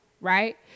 right